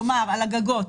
כלומר על הגגות.